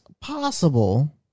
possible